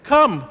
Come